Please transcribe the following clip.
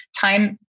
time